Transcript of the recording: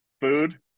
Food